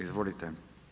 Izvolite.